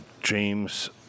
James